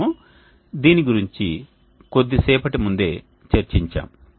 మనము దీని గురించి కొద్దిసేపటి ముందే చర్చించాము